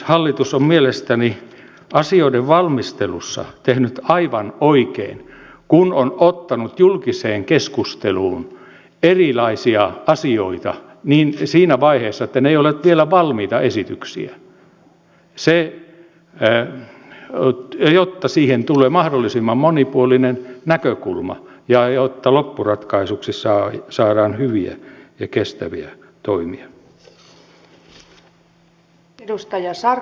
hallitus on mielestäni asioiden valmistelussa tehnyt aivan oikein kun on ottanut julkiseen keskusteluun erilaisia asioita siinä vaiheessa kun ne eivät ole vielä valmiita esityksiä jotta niihin tulee mahdollisimman monipuolinen näkökulma ja jotta loppuratkaisuksi saadaan hyviä ja kestäviä toimia